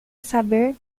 saber